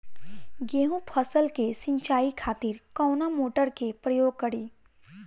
गेहूं फसल के सिंचाई खातिर कवना मोटर के प्रयोग करी?